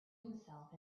himself